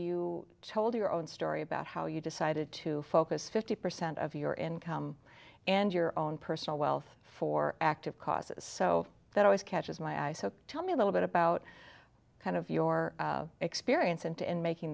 you told your own story about how you decided to focus fifty percent of your income and your own personal wealth for active causes so that always catches my eye so tell me a little bit about kind of your experience and to in making